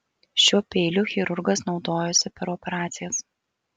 šiuo peiliu chirurgas naudojosi per operacijas